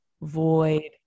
Void